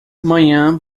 manhã